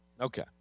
Okay